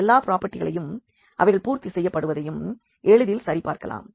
மற்ற எல்லா பிராபர்ட்டிகளையும் அவைகள் பூர்த்தி செய்யப்படுவதையும் எளிதில் சரிபார்க்கலாம்